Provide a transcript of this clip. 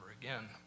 again